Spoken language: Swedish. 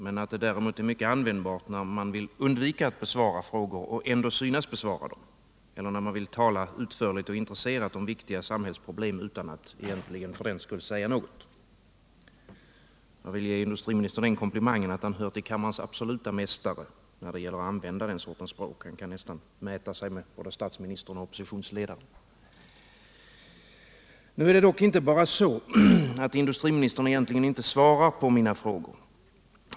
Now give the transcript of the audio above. Däremot är det mycket användbart när man vill undvika att besvara frågor och ändå synas besvara dem eller när man vill tala intresserat och utförligt om viktiga samhällsproblem utan att för den skull egentligen säga något. Jag vill ge industriministern den komplimangen att han hör till kammarens absoluta mästare när det gäller att använda den sortens språk. Han kan nästan mäta sig med både statsministern och oppositionsledaren. Nu är det dock inte bara så att industriministern egentligen inte svarar på mina frågor.